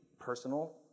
personal